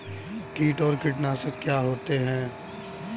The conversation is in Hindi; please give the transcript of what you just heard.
कीट और कीटनाशक क्या होते हैं?